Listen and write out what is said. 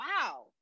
wow